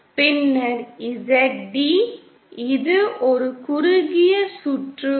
பின்னர் Zd இது ஒரு குறுகிய சுற்று வரி